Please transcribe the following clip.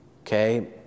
Okay